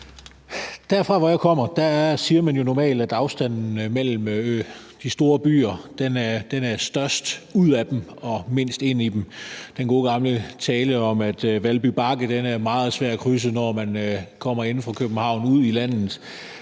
Der, hvor jeg kommer fra, siger man jo normalt, at afstanden mellem de store byer er størst ud af dem og mindst ind i dem; den gode gamle tale om, at Valby Bakke er meget svær at krydse, når man kommer inde fra København og ud i landet,